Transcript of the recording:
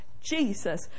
Jesus